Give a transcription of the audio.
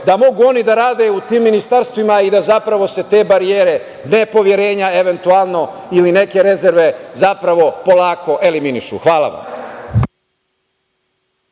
da mogu oni da rade u tim ministarstvima i da se te barijere nepoverenja, eventualno neke rezerve, zapravo polako eliminišu. **Elvira